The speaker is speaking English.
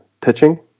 pitching